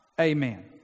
Amen